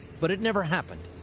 but it never happened.